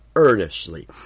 earnestly